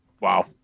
Wow